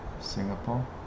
Singapore